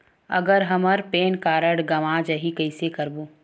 अगर हमर PAN card गवां जाही कइसे करबो?